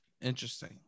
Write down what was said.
Interesting